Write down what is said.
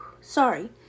Sorry